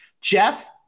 Jeff